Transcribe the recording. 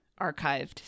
archived